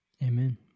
Amen